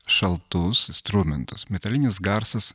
šaltus istrumentus metalinis garsas